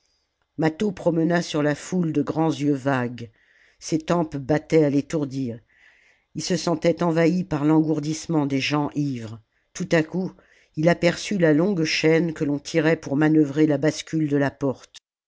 mâtho promena sur la foule de grands yeux vagues ses tempes battaient à l'étourdir il se sentait envahi par l'engourdissement des gens ivres tout à coup il aperçut la longue chaîne que l'on tirait pour manœuvrer la bascule de la porte